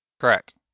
Correct